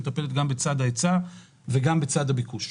שמטפלת גם בצד ההיצע וגם בצד הביקוש.